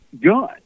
gun